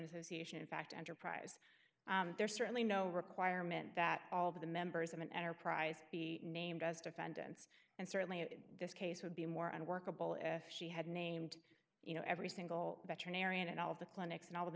association in fact enterprise there's certainly no requirement that all of the members of an enterprise be named as defendants and certainly in this case would be more unworkable if she had named you know every single veterinarian and all of the clinics and all of the